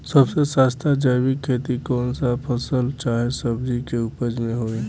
सबसे सस्ता जैविक खेती कौन सा फसल चाहे सब्जी के उपज मे होई?